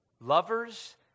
lovers